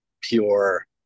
pure